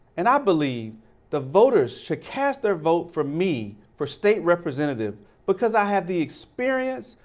and i believe the voters should cast their vote for me for state representative because i have the experience,